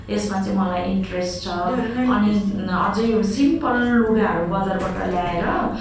यसमा चाहिँ मलाई इन्टरेस्ट छ अनि अझै सिम्पल लुगाहरू बजारबाट ल्याएर